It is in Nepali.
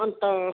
अन्त